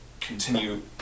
continue